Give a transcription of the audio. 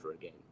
again